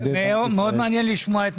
מעניין לשמוע,